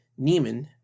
Neiman